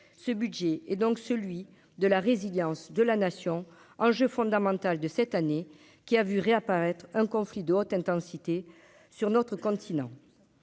ce budget est donc celui de la résilience de la nation, enjeu fondamental de cette année qui a vu réapparaître un conflit de haute intensité sur notre continent,